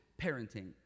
parenting